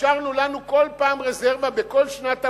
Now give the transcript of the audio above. השארנו לנו כל פעם רזרבה בכל שנת עבודה,